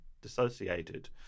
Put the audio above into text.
dissociated